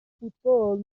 فوتبال